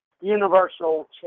universal